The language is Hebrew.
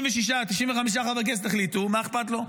95 חברי כנסת החליטו, מה אכפת לו?